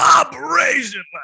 operation